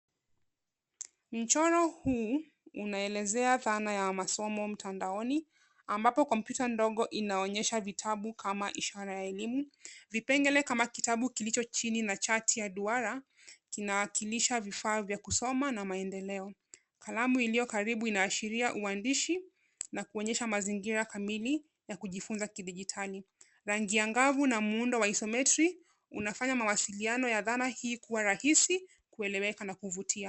Mchoro huu unaelezea dhana ya masomo mtandaoni, ambapo kompyuta ndogo inaonyesha vitabu kama ishara ya elimu. Vipengele kama kitabu kilicho chini na chati ya duara, vinawakilisha vifaa vya kusoma na maendeleo. Kalamu iliyo karibu inaashiria uandishi na kuonyesha mazingira kamili ya kujifunza kidigitali. Rangi angavu na muundo wa isometri unafanya mawasiliano ya dhana hii kuwa rahisi, kueleweka na kuvutia.